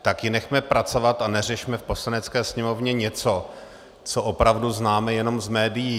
Tak ji nechme pracovat a neřešme v Poslanecké sněmovně něco, co opravu známe jenom z médií.